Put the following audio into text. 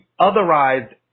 otherized